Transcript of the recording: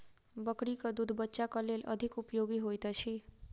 बकरीक दूध बच्चाक लेल अधिक उपयोगी होइत अछि